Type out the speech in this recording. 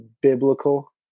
biblical